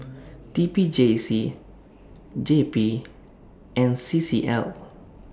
T P J C J P and C C L